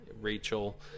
rachel